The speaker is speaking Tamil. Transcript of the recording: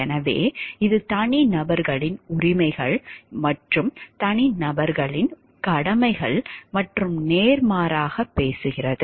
எனவே இது தனிநபர்களின் உரிமைகள் மற்றும் தனிநபர்களின் கடமைகள் மற்றும் நேர்மாறாக பேசுகிறது